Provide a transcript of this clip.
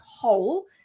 whole